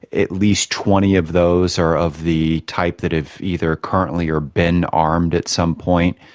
at least twenty of those are of the type that have either currently or been armed at some point.